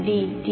v